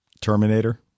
Terminator